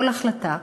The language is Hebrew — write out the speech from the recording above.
כל החלטה,